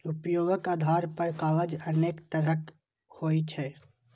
उपयोगक आधार पर कागज अनेक तरहक होइ छै